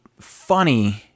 funny